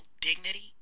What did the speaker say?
dignity